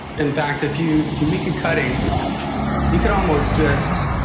in fact if you if you make a cutting you could almost just